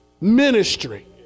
ministry